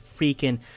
freaking